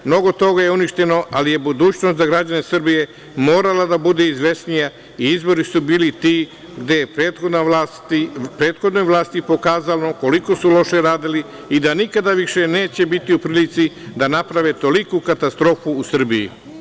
Mnogo toga je uništeno, ali je budućnost za građane Srbije morala da bude izvesnija i izbori su bili ti gde je prethodna vlast pokazala koliko su loše radili i da nikada više neće biti u prilici da naprave toliku katastrofu u Srbiji.